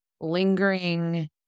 lingering